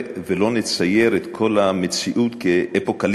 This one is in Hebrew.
ולא נצייר את כל המציאות כאפוקליפטית,